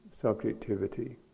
subjectivity